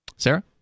Sarah